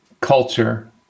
culture